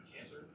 Cancer